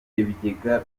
bigega